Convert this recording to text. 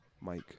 Mike